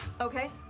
Okay